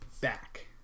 back